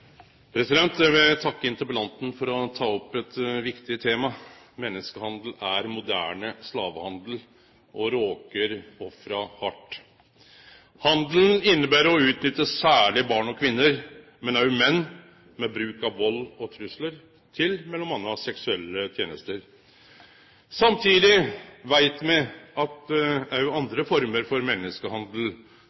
moderne slavehandel og råkar ofra hardt. Handelen inneber å utnytte særleg barn og kvinner, men òg menn, ved bruk av vald og truslar, til m.a. seksuelle tenester. Samtidig veit me at òg andre former for menneskehandel,